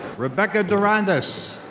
rebecca durandis.